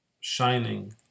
shining